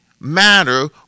matter